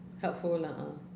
helpful lah uh